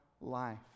life